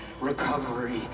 recovery